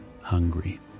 hungry